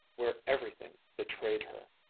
where everything betrayed her.